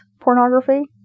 pornography